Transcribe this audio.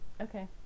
Okay